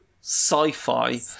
sci-fi